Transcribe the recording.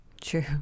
True